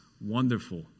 wonderful